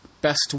best